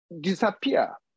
disappear